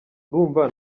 urumva